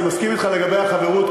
אני מסכים אתך לגבי החברוּת,